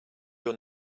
your